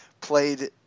played